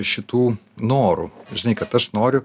šitų norų žinai kad aš noriu